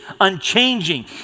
unchanging